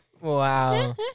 Wow